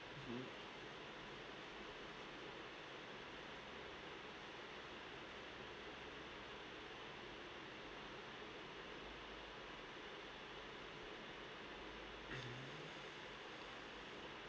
mmhmm mmhmm